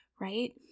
right